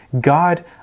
God